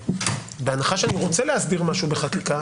בהנחה שאני רוצה להסדיר משהו בחקיקה,